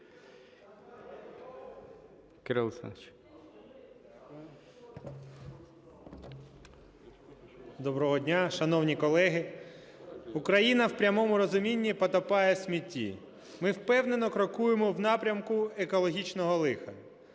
Доброго дня, шановні колеги! Україна в прямому розуміння потопає у смітті. Ми впевнено крокуємо в напрямку екологічного лиха,